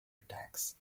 attacks